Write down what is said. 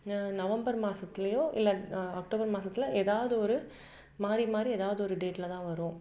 November மாதத்துலேயோ இல்லை October மாதத்துல ஏதாவது ஒரு மாறி மாறி ஏதாவது ஒரு டேட்டில் தான் வரும்